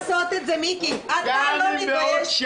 מיקי חיימוביץ' (יו"ר ועדת הפנים והגנת